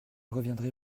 reviendrai